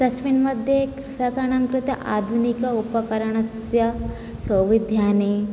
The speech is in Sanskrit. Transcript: तस्मिन् मध्ये कृषकाणां कृते आधुनिक उपकरणस्य सौविध्यानि